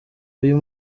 uyu